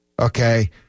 Okay